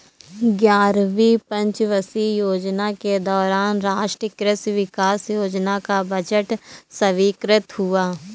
ग्यारहवीं पंचवर्षीय योजना के दौरान राष्ट्रीय कृषि विकास योजना का बजट स्वीकृत हुआ